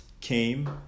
came